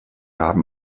haben